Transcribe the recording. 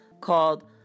called